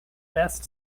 best